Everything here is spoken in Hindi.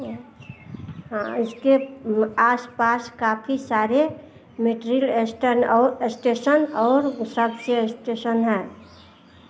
हाँ इसके आस पास काफ़ी सारे मेत्रिल स्टन और स्टेशन और सब से स्टेशन है